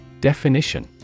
Definition